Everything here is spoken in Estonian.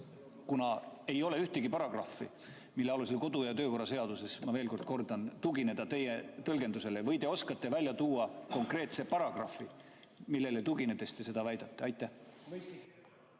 kuna ei ole ühtegi paragrahvi, mille alusel kodu‑ ja töökorra seaduses, ma veel kordan, tugineda teie tõlgendusele? Või te oskate välja tuua konkreetse paragrahvi, millele tuginedes te seda väidate? (Hääl